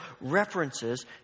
references